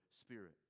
spirit